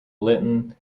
litton